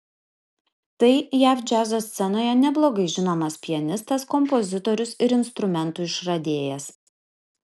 tai jav džiazo scenoje neblogai žinomas pianistas kompozitorius ir instrumentų išradėjas